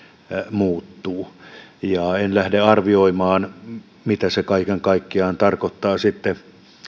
muuttuu ja en lähde arvioimaan mitä se kaiken kaikkiaan tarkoittaa sitten